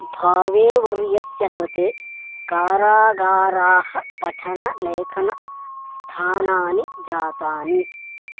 भावेवर्यस्य कृते कारागाराः पठनलेखनस्थानानि जातानि